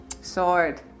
sword